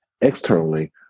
externally